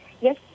Yes